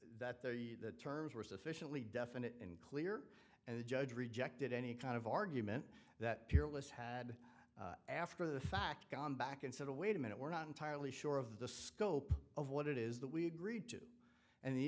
judge that the terms were sufficiently definite and clear and the judge rejected any kind of argument that peerless had after the fact gone back and said wait a minute we're not entirely sure of the scope of what it is that we agreed to and the